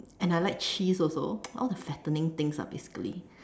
and I like cheese also all the fattening things ah basically